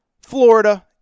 Florida